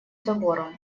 забором